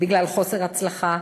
בגלל חוסר הצלחה,